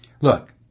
Look